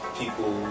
people